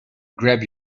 grab